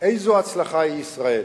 איזו הצלחה היא ישראל.